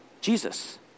Jesus